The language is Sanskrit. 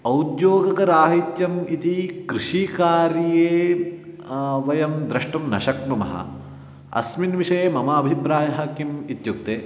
औद्योगिकराहित्यम् इति कृषिकार्ये वयं द्रष्टुं न शक्नुमः अस्मिन् विषये मम अभिप्रायः कः इत्युक्ते